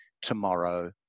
tomorrow